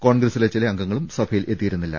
കോൺഗ്രസ്സിലെ ചില അംഗങ്ങളും സ്ഭയിൽ എത്തിയിരുന്നി ല്ല